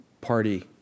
party